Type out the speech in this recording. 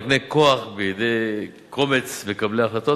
המקנה כוח בידי קומץ מקבלי החלטות,